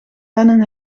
lennon